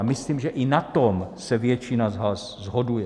Myslím, že i na tom se většina z nás shoduje.